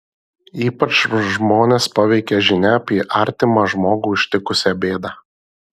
ypač žmones paveikia žinia apie artimą žmogų ištikusią bėdą